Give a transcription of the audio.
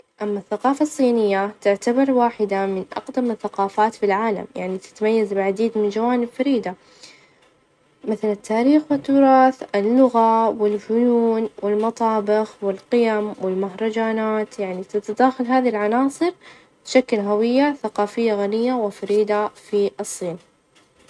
أما الثقافة الصينية تعتبر واحدة من أقدم الثقافات في العالم، يعني تتميز بالعديد من جوانب فريدة مثل: التاريخ، والتراث، اللغة، والفنون، والمطابخ، والقيم، والمهرجانات، يعني تتداخل هذي العناصر لتشكل هوية ثقافية غنية، وفريدة في الصين.